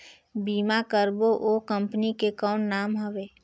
बीमा करबो ओ कंपनी के कौन नाम हवे?